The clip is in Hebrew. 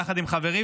יחד עם חברי,